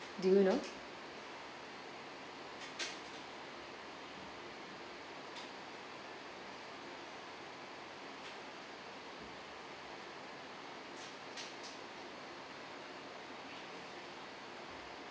do you know